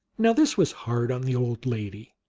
now this was hard on the old lady.